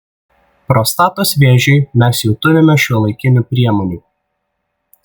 prostatos vėžiui mes jau turime šiuolaikinių priemonių